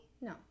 No